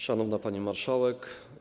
Szanowna Pani Marszałek!